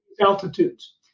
altitudes